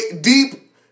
deep